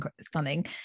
stunning